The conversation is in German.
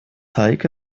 heike